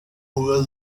ngo